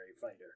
fighter